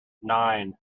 nine